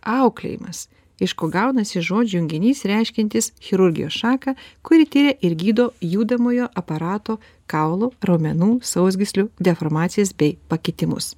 auklėjimas iš ko gaunasi žodžių junginys reiškiantis chirurgijos šaką kuri tiria ir gydo judamojo aparato kaulų raumenų sausgyslių deformacijas bei pakitimus